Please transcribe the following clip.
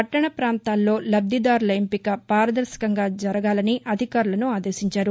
పట్టణ ప్రాంతాల్లో లబ్గిదారుల ఎంపిక పారదర్శకంగా జరగాలని అధికారులను ఆదేశించారు